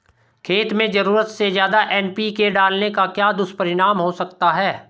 खेत में ज़रूरत से ज्यादा एन.पी.के डालने का क्या दुष्परिणाम हो सकता है?